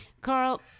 Carl